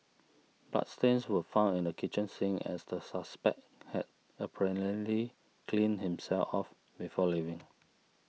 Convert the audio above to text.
bloodstains were found in the kitchen sink as the suspect had apparently cleaned himself off before leaving